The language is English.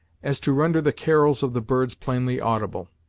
as to render the carols of the birds plainly audible.